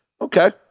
Okay